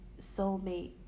soulmate